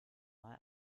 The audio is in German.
mal